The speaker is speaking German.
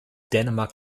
dänemark